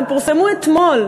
והם פורסמו אתמול,